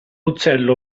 uccello